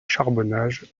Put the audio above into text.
charbonnages